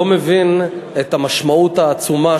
לא מבין את המשמעות העצומה,